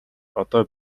одоо